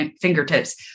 fingertips